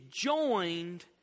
joined